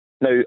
Now